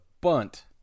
bunt